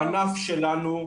הענף שלנו,